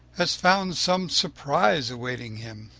has found some surprise awaiting him.